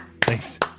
Thanks